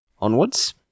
Onwards